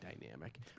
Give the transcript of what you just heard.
dynamic